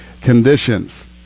conditions